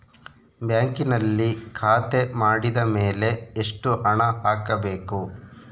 ಬ್ಯಾಂಕಿನಲ್ಲಿ ಖಾತೆ ಮಾಡಿದ ಮೇಲೆ ಎಷ್ಟು ಹಣ ಹಾಕಬೇಕು?